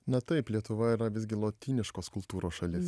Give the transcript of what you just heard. na taip lietuva yra visgi lotyniškos kultūros šalis